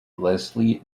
leslie